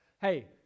Hey